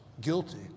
guilty